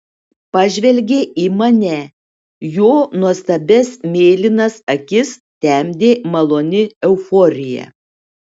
pažvelgė į mane jo nuostabias mėlynas akis temdė maloni euforija